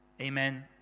Amen